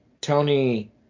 Tony